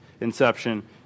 inception